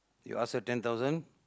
you ask her ten thousand